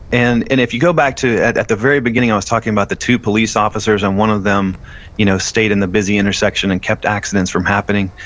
and and if you go back to at at the very beginning, i was talking about the two police officers, and one of them you know stayed in the busy intersection and kept accidents from happening.